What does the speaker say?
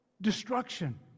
destruction